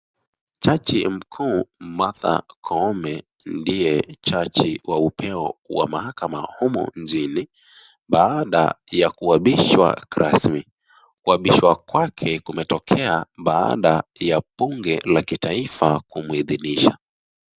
Jaji mkuu Martha Koome ndiye jaji wa upeo wa mahakama humu nchini, baada ya kuapishwa kirasmi. Kuapishwa kwake kumetokea baada ya bunge la taifa kumuidhinisha.